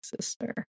sister